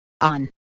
on